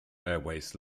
airways